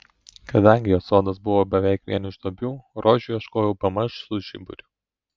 kadangi jos sodas buvo beveik vien iš duobių rožių ieškojau bemaž su žiburiu